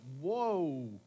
whoa